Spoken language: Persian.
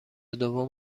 دوم